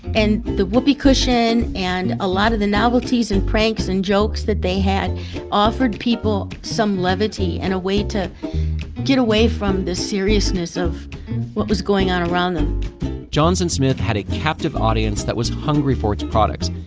and the whoopee cushion and a lot of the novelties and pranks and jokes that they had offered people some levity and a way to get away from the seriousness of what was going on around on around them johnson smith had a captive audience that was hungry for its products.